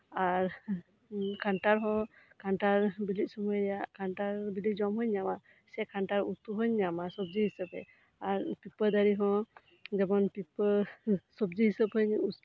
ᱟᱨᱠᱟᱱᱴᱷᱟᱲ ᱦᱚᱸ ᱠᱟᱱᱴᱷᱟᱲ ᱵᱮᱞᱮᱜ ᱥᱳᱢᱳᱭᱟᱜ ᱠᱟᱱᱴᱷᱟᱲ ᱵᱮᱞᱮ ᱡᱚᱢᱟᱜ ᱦᱚᱸᱧ ᱧᱟᱢᱟ ᱥᱮ ᱠᱟᱱᱴᱷᱟᱲ ᱩᱛᱩ ᱦᱚᱸᱧ ᱧᱟᱢᱟ ᱥᱚᱵᱽᱡᱤ ᱦᱤᱥᱟᱹᱵᱮ ᱟᱨ ᱯᱤᱯᱟᱹ ᱫᱟᱨᱮ ᱦᱚᱸ ᱡᱮᱢᱚᱱ ᱯᱤᱯᱟᱹ ᱥᱚᱵᱽᱡᱤ ᱦᱤᱥᱟᱹᱵᱽ ᱦᱚᱸᱧ